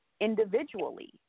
individually